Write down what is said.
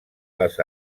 les